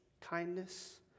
kindness